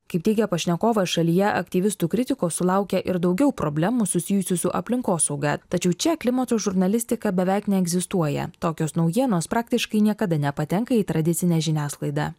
kaip teigia pašnekovas šalyje aktyvistų kritikos sulaukė ir daugiau problemų susijusių su aplinkosauga tačiau čia klimato žurnalistika beveik neegzistuoja tokios naujienos praktiškai niekada nepatenka į tradicinę žiniasklaidą